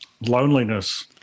Loneliness